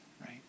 right